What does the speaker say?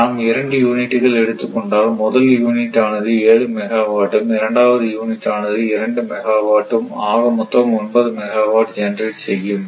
நாம் 2 யூனிட்டுகள் எடுத்துக் கொண்டால் முதல் யூனிட் ஆனது 7 மெகாவாட்டும் இரண்டாவது யூனிட் ஆனது இரண்டு மெகா வாட்டும் ஆக மொத்தம் ஒன்பது மெகாவாட் ஜெனரேட் செய்யும்